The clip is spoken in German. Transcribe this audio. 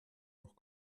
noch